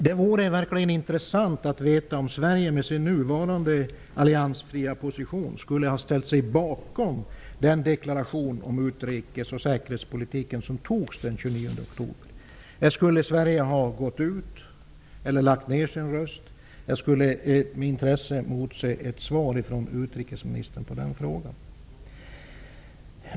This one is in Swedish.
Det vore verkligen intressant att veta om Sverige med sin nuvarande alliansfria position skulle ha ställt sig bakom den deklaration om utrikes och säkerhetspolitiken som antogs den 29 oktober. Skulle Sverige ha gått ut, eller lagt ned sin röst? Jag skulle med intresse motse ett svar från utrikesministern på den frågan.